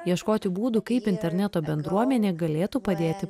ieškoti būdų kaip interneto bendruomenė galėtų padėti